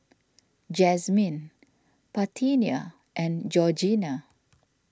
Jazmine Parthenia and Georgina